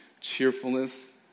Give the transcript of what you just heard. cheerfulness